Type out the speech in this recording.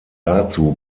dazu